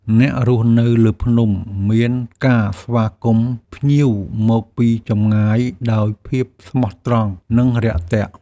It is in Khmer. អ្នករស់នៅលើភ្នំ មានការស្វាគមន៍ភ្ញៀវមកពីចម្ងាយដោយភាពស្មោះត្រង់ និងរាក់ទាក់។